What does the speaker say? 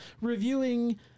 reviewing